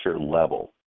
level